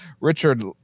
Richard